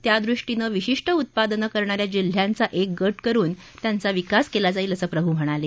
त्यादृष्टीनं विशिष्ट उत्पादनं करण्या या जिल्ह्यांचा एक गट करुन त्यांचा विकास केला जाईल असं प्रभू म्हणाले